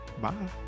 Bye